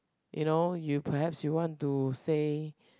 you know you perhaps you want to say